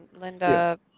Linda